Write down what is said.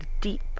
deep